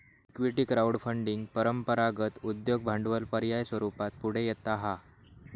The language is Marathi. इक्विटी क्राउड फंडिंग परंपरागत उद्योग भांडवल पर्याय स्वरूपात पुढे येता हा